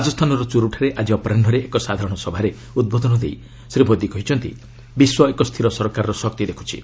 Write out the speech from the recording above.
ରାଜସ୍ଥାନର ଚୁରୁଠାରେ ଆଜି ଅପରାହୁରେ ଏକ ସାଧାରଣ ସଭାରେ ଉଦ୍ବୋଧନ ଦେଇ ଶ୍ରୀ ମୋଦି କହିଛନ୍ତି ବିଶ୍ୱ ଏକ ସ୍ଥିର ସରକାରର ଶକ୍ତି ଦେଖୁଛି